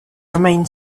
remained